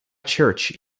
church